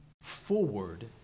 forward